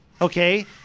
Okay